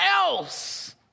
else